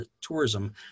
tourism